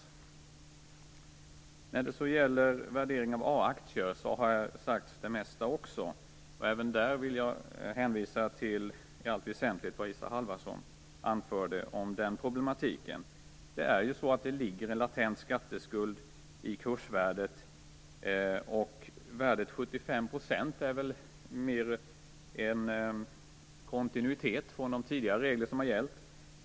Också när det gäller värdering av A-aktier har det mesta sagts. Även här vill jag i allt väsentligt hänvisa till vad Isa Halvarsson anförde om den problematiken. Det är ju så att det ligger en latent skatteskuld i kursvärdet. Värdet 75 % är väl mer en följd av de regler som tidigare har gällt.